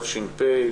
תש"פ.